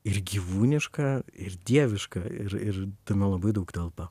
ir gyvūniška ir dieviška ir ir tame labai daug telpa